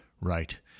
Right